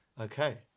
Okay